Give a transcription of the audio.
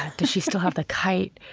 does she still have the kite?